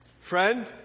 Friend